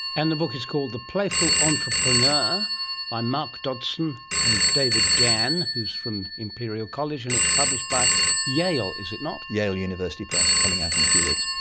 and the book is called the playful entrepreneur by mark dodgson and david gann who is from imperial college, and it's published by yale, is it not? yale university press, coming out in a few weeks.